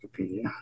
Wikipedia